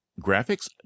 Graphics